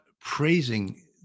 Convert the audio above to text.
praising